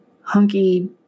hunky